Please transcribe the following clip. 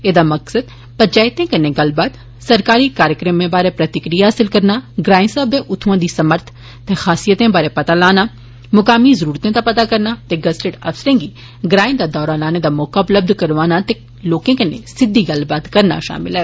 एह्दा मकसद पंचायतें कन्नै गल्लबात सरकारी कार्यक्रमें बारै प्रतिक्रिया हासल करना ग्राएं स्हाबै उत्थुआं दी समर्थ ते खासियतें बारै पता करना मुकामी जरूरतें दा पता लाना ते गजेटेड अफसरें गी ग्राएं दा दौरा लाने दा मौका उपलब्ध करवाना ते लोकें कन्नै सिद्दी गल्लबात करना ऐ